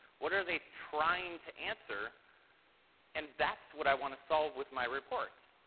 what are they trying to answer and that's what i want to solve with my reports.